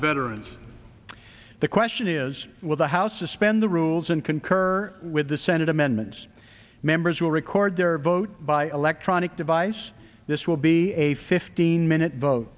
veterans the question is will the house suspend the rules and concur with the senate amendments members will record their vote by electronic device this will be a fifteen minute vote